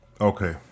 Okay